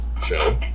show